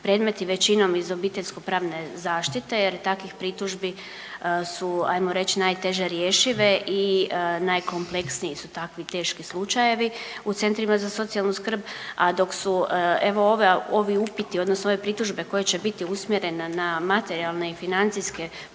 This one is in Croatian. predmeti većinom iz obiteljsko pravne zaštite jer takvih pritužbi su ajmo reć najteže rješive i najkompleksniji su takvi teški slučajevi u centrima za socijalnu skrb. A dok su evo ovi upiti odnosno ove pritužbe koje će biti usmjerene na materijalne i financijske potrebe